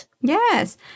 Yes